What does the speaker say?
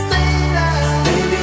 Baby